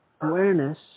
awareness